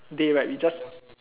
day right we just